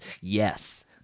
Yes